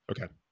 Okay